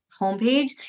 homepage